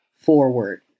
forward